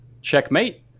checkmate